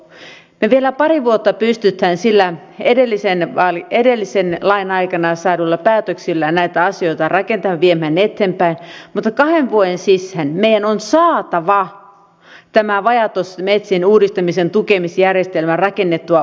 me vielä pari vuotta pystymme edellisen lain aikana saaduilla päätöksillä näitä asioita rakentamaan ja viemään eteenpäin mutta kahden vuoden sisään meidän on saatava tämä vajaatuottoisten metsien uudistamisen tukemisjärjestelmä rakennettua uusiksi